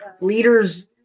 leaders